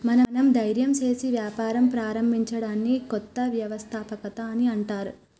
మనం ధైర్యం సేసి వ్యాపారం ప్రారంభించడాన్ని కొత్త వ్యవస్థాపకత అని అంటర్